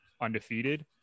undefeated